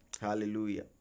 Hallelujah